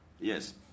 yes